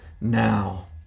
now